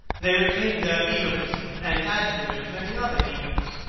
they retain their egotism, and add to it many other egos.